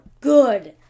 good